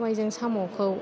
सबाइजों साम'खौ